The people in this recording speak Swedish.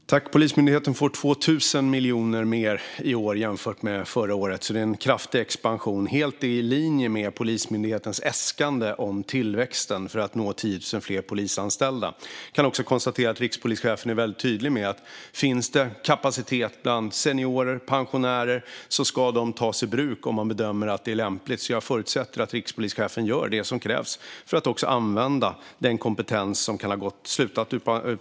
Fru talman! Polismyndigheten får 2 000 miljoner mer i år än förra året. Det är alltså en kraftig expansion, helt i linje med Polismyndighetens äskande om tillväxten för att nå 10 000 fler polisanställda. Jag kan också konstatera att rikspolischefen är väldigt tydlig med att om det finns kapacitet bland seniorer och pensionärer ska dessa tas i bruk om man bedömer att det är lämpligt. Jag förutsätter att rikspolischefen gör det som krävs för att använda den kompetens som kan ha slutat på